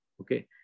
Okay